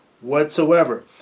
whatsoever